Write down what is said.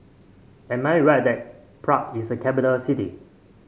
am I right that Prague is a capital city